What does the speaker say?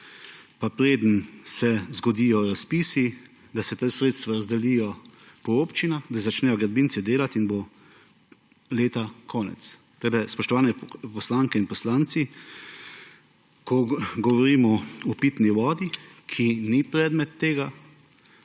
pa preden se zgodijo razpisi, da se ta sredstva razdelijo po občinah, da začnejo gradbinci delati – in bo leta konec. Tako, spoštovane poslanke in poslanci, ko govorimo o pitni vodi, ki ni predmet tega,